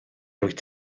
rwyt